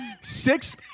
Six